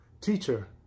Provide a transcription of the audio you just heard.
teacher